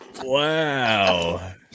Wow